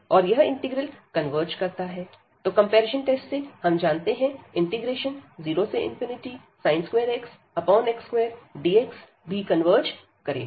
और यह integral converge करता है तो कंपैरिजन टेस्ट से हम जानते हैं 0sin2x x2dx भी कन्वर्ज करेगा